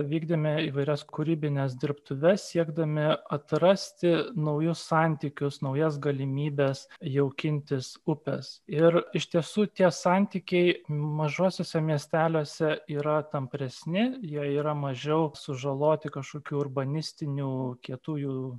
vykdome įvairias kūrybines dirbtuves siekdami atrasti naujus santykius naujas galimybes jaukintis upes ir iš tiesų tie santykiai mažuosiuose miesteliuose yra tampresni jie yra mažiau sužaloti kažkokių urbanistinių kietųjų